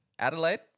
Adelaide